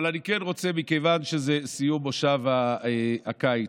אבל מכיוון שזה סיום מושב הקיץ,